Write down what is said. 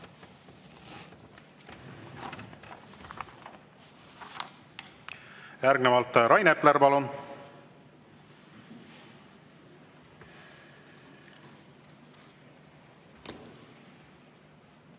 Järgnevalt Rain Epler, palun!